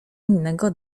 innego